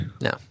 No